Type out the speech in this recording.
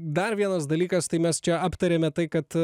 dar vienas dalykas tai mes čia aptarėme tai kad